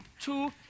two